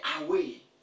away